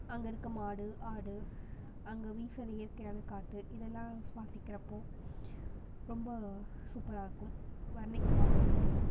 அங்கே இருக்க மாடு ஆடு அங்கே வீசுகிற இயற்கையான காற்று இதெல்லாம் சுவாசிக்கிறப்போ ரொம்ப சூப்பராக இருக்கும் வர்ணிக்க வார்த்தையே இல்லை